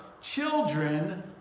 children